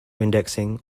indexing